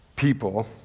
People